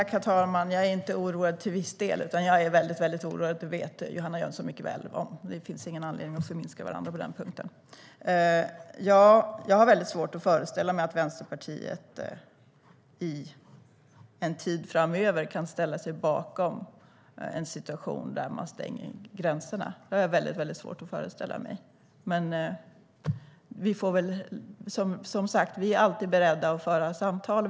Herr talman! Jag är inte oroad till viss del, utan jag är väldigt oroad, och det vet Johanna Jönsson mycket väl. Det finns ingen anledning att förminska varandra på den punkten. Jag har väldigt svårt att föreställa mig att Vänsterpartiet framöver kan ställa sig bakom en situation där man stänger gränserna. Men vi är som sagt alltid beredda att föra samtal.